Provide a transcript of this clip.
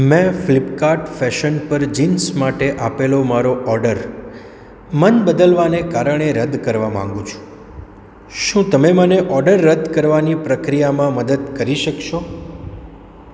મેં Flipkart fashion પર jeans માટે આપેલો મારો ઓર્ડર મન બદલવાને કારણે રદ કરવા માગું છું શું તમે મને ઓર્ડર રદ કરવાની પ્રક્રિયામાં મદદ કરી શકશો